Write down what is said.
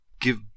give